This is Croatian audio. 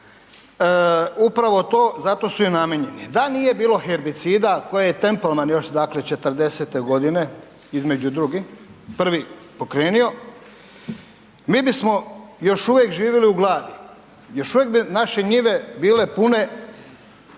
Upravo to za to su i namijenjeni. Da nije bilo herbicida koje je …/nerazumljivo/… dakle još '40. godine između drugi, prvi pokrenio mi bismo još uvijek živjeli u gladi, još uvijek bi naše njive bile pune